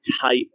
type